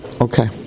Okay